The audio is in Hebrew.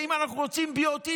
ואם אנחנו רוצים BOT,